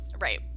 Right